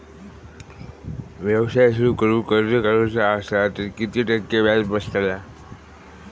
व्यवसाय सुरु करूक कर्ज काढूचा असा तर किती टक्के व्याज बसतला?